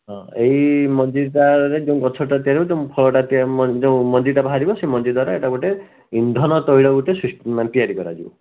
ହଁ ଏହି ମଞ୍ଜିଟାରେ ଯେଉଁ ଗଛଟା ତିଆରି ହେବ ଫଳଟା ଯେଉଁ ମଞ୍ଜିଟା ବାହାରିବ ସେ ମଞ୍ଜିଦ୍ୱାରା ଏଇଟା ଗୋଟେ ଇନ୍ଧନ ତୈଳ ଗୋଟେ ସୃଷ୍ଟି ତିଆରି କରାଯିବ